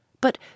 But